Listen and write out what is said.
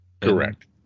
Correct